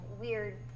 weird